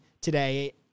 today